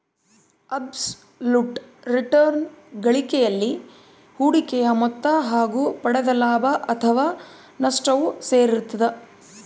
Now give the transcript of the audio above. abs ಲುಟ್ return ಗಳಿಕೆಯಲ್ಲಿ ಹೂಡಿಕೆಯ ಮೊತ್ತ ಹಾಗು ಪಡೆದ ಲಾಭ ಅಥಾವ ನಷ್ಟವು ಸೇರಿರ್ತದ